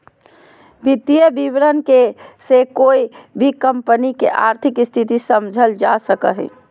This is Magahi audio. वित्तीय विवरण से कोय भी कम्पनी के आर्थिक स्थिति समझल जा सको हय